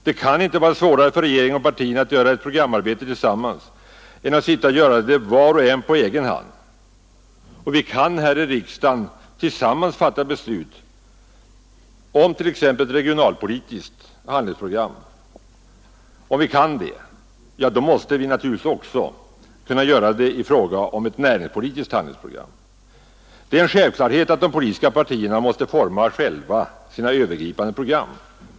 Det kan inte vara svårare för regeringen och partierna att göra ett programarbete tillsammans än att sitta och göra det var och en på egen hand. Kan vi här i riksdagen tillsammans fatta beslut om t.ex. ett regionalpolitiskt handlingsprogram, då måste vi naturligtvis också kunna göra detsamma i fråga om ett näringspolitiskt handlingsprogram. Det är en självklarhet att de politiska partierna själva måste forma sina övergripande program.